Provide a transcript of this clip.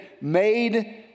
made